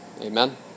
Amen